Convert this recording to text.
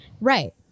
right